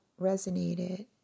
resonated